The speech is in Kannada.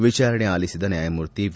ವಿಚಾರಣೆ ಆಲಿಬಿದ ನ್ನಾಯಮೂರ್ತಿ ವಿ